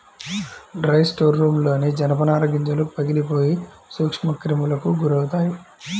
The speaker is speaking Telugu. డ్రై స్టోర్రూమ్లోని జనపనార గింజలు పగిలిపోయి సూక్ష్మక్రిములకు గురవుతాయి